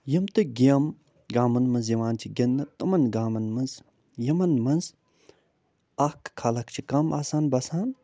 یِم تہِ گیمہٕ گامَن منٛز یِوان چھِ گِنٛدنہٕ تِمَن گامَن منٛز یِمَن منٛز اَکھ خلق چھِ کَم آسان بسان